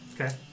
Okay